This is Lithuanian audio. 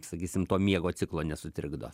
sakysim to miego ciklo nesutrikdo